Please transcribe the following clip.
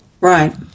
Right